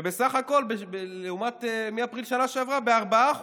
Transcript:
ובסך הכול מאפריל בשנה שעברה, ב-4%,